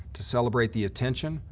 to celebrate the attention,